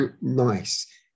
nice